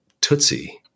Tootsie